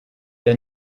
der